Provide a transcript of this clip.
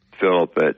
Philip